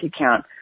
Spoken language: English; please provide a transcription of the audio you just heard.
account